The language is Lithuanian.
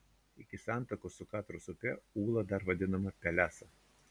iki santakos su katros upe ūla dar vadinama pelesa